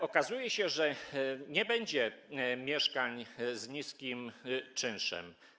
Okazuje się, że nie będzie mieszkań z niskim czynszem.